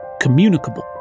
communicable